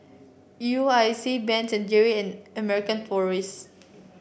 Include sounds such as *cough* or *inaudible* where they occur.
U I C Ben *unintelligible* and Jerry and American Tourist